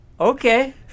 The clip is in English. Okay